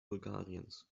bulgariens